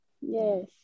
Yes